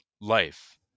life